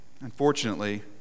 Unfortunately